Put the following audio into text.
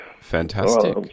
Fantastic